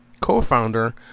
co-founder